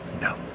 No